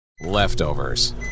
Leftovers